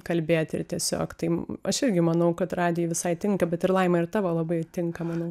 kalbėti ir tiesiog tai aš irgi manau kad radijui visai tinka bet ir laima ir tavo labai tinka manau